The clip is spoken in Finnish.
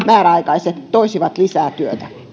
määräaikaiset toisivat lisää työtä